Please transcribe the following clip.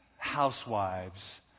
housewives